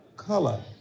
Color